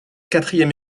quatrième